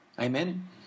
Amen